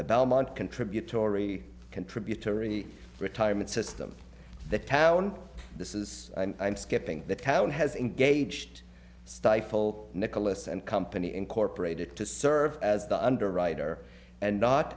the belmont contributory contributory retirement system the town this is skipping the town has engaged stifle nicholas and company incorporated to serve as the underwriter and not